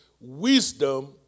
Wisdom